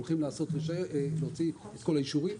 הולכים להוציא את כל האישורים,